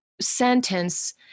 sentence